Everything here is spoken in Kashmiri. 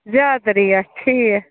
زیادٕ ریٹ ٹھیٖک